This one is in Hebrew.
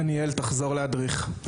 דניאל תחזור להדריך.